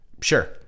Sure